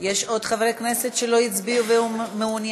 יש עוד חברי כנסת שלא הצביעו ומעוניינים?